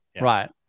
Right